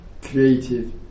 creative